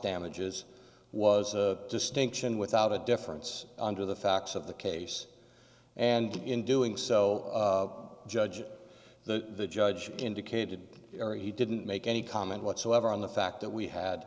damages was a distinction without a difference under the facts of the case and in doing so judge the judge indicated he didn't make any comment whatsoever on the fact that we had